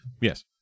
Yes